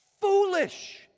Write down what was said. foolish